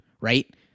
right